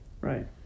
Right